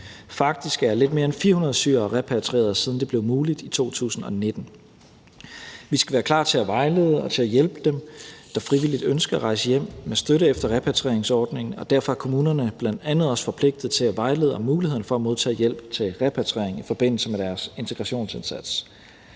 Faktisk er lidt mere end 400 syrere repatrieret, siden det blev muligt i 2019. Vi skal være klar til at vejlede og hjælpe dem, der frivilligt ønsker at rejse hjem med støtte efter repatrieringsordningen, og derfor er kommunerne bl.a. også forpligtet til at vejlede om muligheden for at modtage hjælp til repatriering i forbindelse med deres integrationsindsats.